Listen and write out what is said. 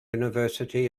university